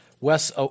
Wes